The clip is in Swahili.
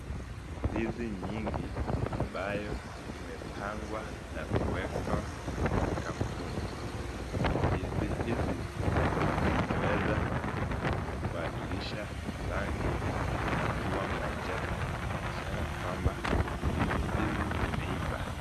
Ndizi nyingi ambayo imepangwa na kuwekwa sakafuni. Ndizi hizi zimeweza kubadilisha rangi na kuwa manjano ishara kwamba ndizi hizi zimeiva.